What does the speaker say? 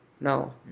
No